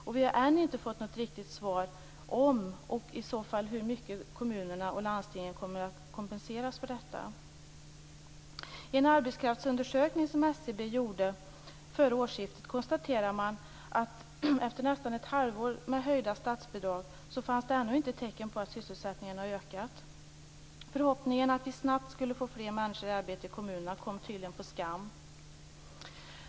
Vi har dock ännu inte fått något riktigt svar på frågan om, och i så fall med hur mycket, kommunerna och landstingen kommer att kompenseras för detta. I en arbetskraftsundersökning som SCB gjorde före årsskiftet konstaterades det att det fortfarande, efter nästan ett halvår med höjda statsbidrag, inte fanns några tecken på att sysselsättningen ökat. Förhoppningen att vi snabbt skulle få fler människor i arbete ute i kommunerna kom tydligen på skam.